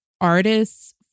artists